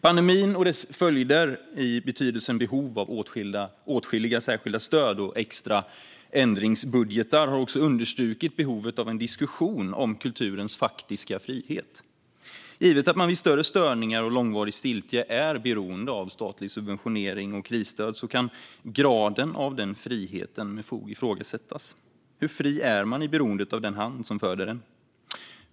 Pandemin och dess följder i betydelsen behov av åtskilliga särskilda stöd och extra ändringsbudgetar har också understrukit behovet av en diskussion om kulturens faktiska frihet. Givet att man vid större störningar och långvarig stiltje är beroende av statlig subventionering och krisstöd kan graden av den friheten med fog ifrågasättas. Hur fri är man i beroendet av den hand som föder en?